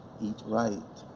eat right,